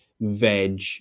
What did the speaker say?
veg